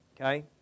okay